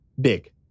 Big